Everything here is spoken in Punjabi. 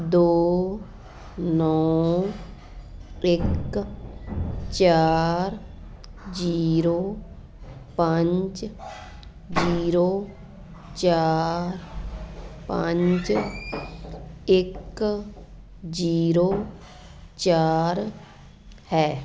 ਦੋ ਨੌ ਇੱਕ ਚਾਰ ਜ਼ੀਰੋ ਪੰਜ ਜ਼ੀਰੋ ਚਾਰ ਪੰਜ ਇੱਕ ਜ਼ੀਰੋ ਚਾਰ ਹੈ